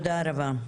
תודה רבה.